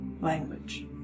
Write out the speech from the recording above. language